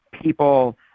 people